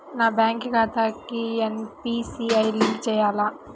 నా బ్యాంక్ ఖాతాకి NPCI link చేయాలా?